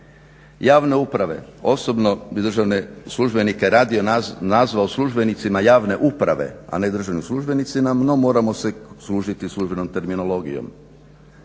javne uprave, osobno državne službenike bi radije nazvao službenicima javne uprave, a ne državnim službenicima. No, moramo se služiti službenom terminologijom.